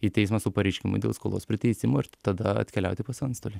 į teismą su pareiškimu dėl skolos priteisimo ir tada atkeliauti pas antstolį